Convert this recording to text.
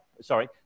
sorry